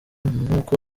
nkuko